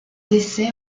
décès